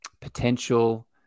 potential